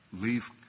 leave